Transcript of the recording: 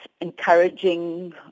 encouraging